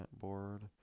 board